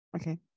Okay